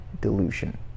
delusion